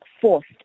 forced